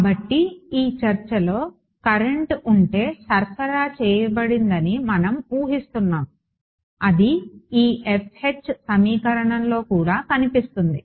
కాబట్టి ఈ చర్చలో కరెంట్ ఉంటే సరఫరా చేయబడదని మనం ఊహిస్తున్నాము అది ఈ సమీకరణంలో కూడా కనిపిస్తుంది